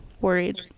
worried